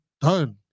done